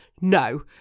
no